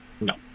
No